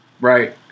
Right